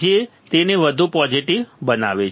જે તેને વધુ પોઝિટિવ બનાવે છે